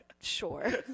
Sure